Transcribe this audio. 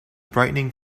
brightening